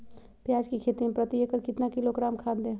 प्याज की खेती में प्रति एकड़ कितना किलोग्राम खाद दे?